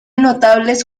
notables